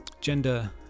gender